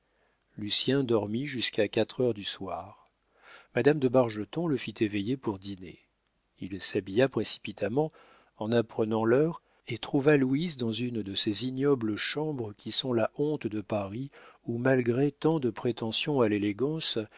prit lucien dormit jusqu'à quatre heures du soir madame de bargeton le fit éveiller pour dîner il s'habilla précipitamment en apprenant l'heure et trouva louise dans une de ces ignobles chambres qui sont la honte de paris où malgré tant de prétentions à l'élégance